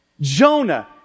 Jonah